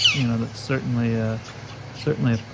you know, that's certainly ah certainly a